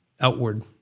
outward